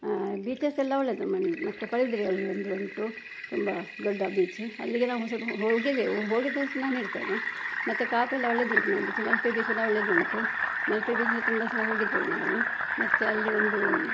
beaches ಎಲ್ಲ ಒಳ್ಳೆಯದು ಮತ್ತು ಪಡುಬಿದ್ರಿಯಲ್ಲಿ ಒಂದು ಉಂಟು ತುಂಬ ದೊಡ್ಡ ಬೀಚ್ ಅಲ್ಲಿಗೆ ನಾವು ಸ್ವಲ್ಪ ಹೋಗಿದ್ದೆವು ಹೋಗಿದ್ದಷ್ಟು ನಾನು ಹೇಳ್ತೇನೆ ಮತ್ತು ಕಾಪೆಲ್ಲ ಒಳ್ಳೆಯದುಂಟು ನೋಡಲಿಕ್ಕೆ ಮಲ್ಪೆ ಬೀಚ್ ಕೂಡ ಒಳ್ಳೆಯದುಂಟು ಮಲ್ಪೆ ಬೀಚ್ನಲ್ಲಿ ತುಂಬ ಸಲ ಹೋಗಿದ್ದೆವು ನಾವು ಮತ್ತು ಅಲ್ಲಿ ಒಂದು